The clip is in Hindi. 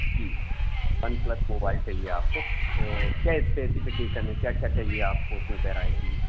जी वन प्लस मोबाईल चाहिये आपको तो क्या स्पेसिफिकेशन है क्या क्या चाहिये आपको उसमें वेराइटी में